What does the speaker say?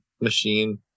machine